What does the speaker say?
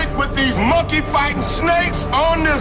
with these monkey-fighting snakes